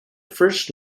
first